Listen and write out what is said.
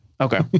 okay